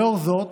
לאור זאת,